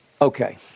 Okay